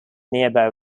nearby